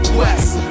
west